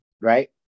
Right